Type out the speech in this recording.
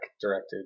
directed